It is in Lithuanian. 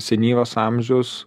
senyvas amžius